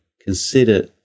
consider